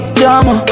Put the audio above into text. drama